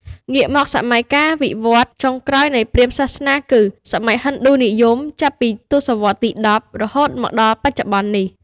ងាកមកសម័យកាលការវិវឌ្ឍន៍ចុងក្រោយនៃព្រាហ្មណ៍សាសនាគឺ សម័យហិណ្ឌូនិយម ចាប់ពីសតវត្សរ៍ទី ១០ រហូតមកដល់បច្ចុប្បន្ននេះ។